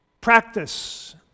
Practice